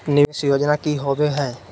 निवेस योजना की होवे है?